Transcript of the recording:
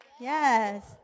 yes